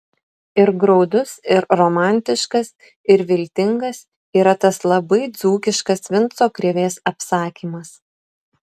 ir graudus ir romantiškas ir viltingas yra tas labai dzūkiškas vinco krėvės apsakymas